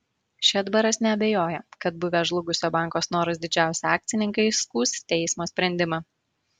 šedbaras neabejoja kad buvę žlugusio banko snoras didžiausi akcininkai skųs teismo sprendimą